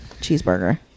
Cheeseburger